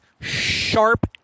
sharp